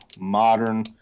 modern